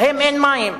להם אין מים,